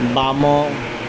ବାମ